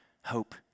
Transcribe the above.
hope